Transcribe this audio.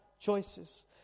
choices